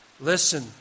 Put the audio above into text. Listen